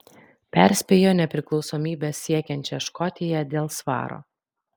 perspėjo nepriklausomybės siekiančią škotiją dėl svaro